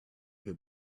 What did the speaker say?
him